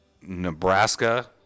Nebraska